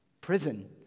Prison